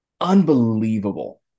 unbelievable